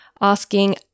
asking